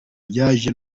byaje